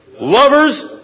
lovers